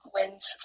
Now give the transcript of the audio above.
wins